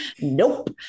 Nope